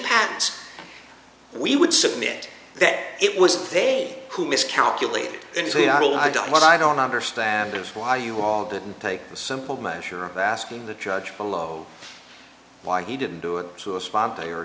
pants we would submit that it was they who miscalculate and i don't what i don't understand is why you all didn't take the simple measure of asking the judge below why he didn't do it to a spot